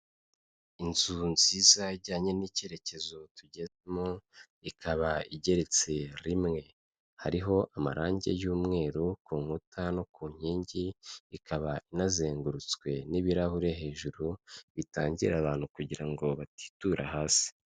Inzu nziza ijyanye n'icyerekezo tugezemo ikaba igeretse rimwe, hariho amarange y'umweru ku nkuta no ku nkingi, ikaba inazengurutswe n'ibirahure hejuru bitangira abantu kugira ngo batitura hasi.